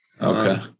Okay